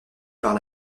par